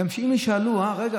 אם ישאלו: רגע,